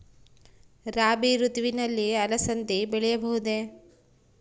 ರಾಭಿ ಋತುವಿನಲ್ಲಿ ಅಲಸಂದಿ ಬೆಳೆಯಬಹುದೆ?